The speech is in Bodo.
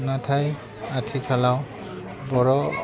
नाथाय आथिखालाव बर'